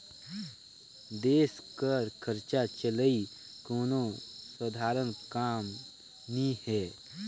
देस कर खरचा चलई कोनो सधारन काम नी हे